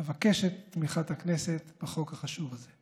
אבקש את תמיכת הכנסת בחוק החשוב הזה.